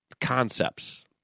concepts